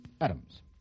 Adams